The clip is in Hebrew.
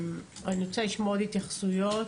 אני רוצה לשמוע עוד התייחסויות.